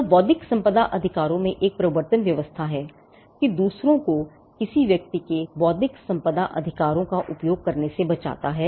तो बौद्धिक संपदा अधिकारों में एक प्रवर्तन व्यवस्था है जो दूसरों को किसी व्यक्ति के बौद्धिक संपदा अधिकारों का उपयोग करने से बचाता है